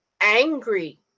angry